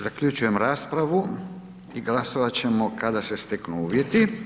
Zaključujem raspravu i glasovati ćemo kada se steknu uvjeti.